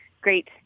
great